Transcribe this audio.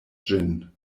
ĝin